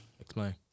Explain